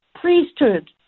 priesthood